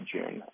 June